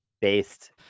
Based